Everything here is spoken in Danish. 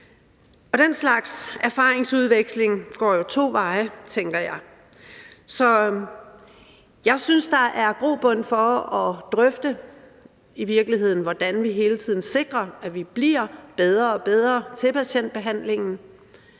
Den slags erfaringsudveksling går jo to veje, tænker jeg. Så jeg synes, der er grobund for at drøfte, hvordan vi hele tiden sikrer, at vi bliver bedre og bedre til patientbehandlingen.